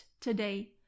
today